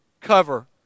cover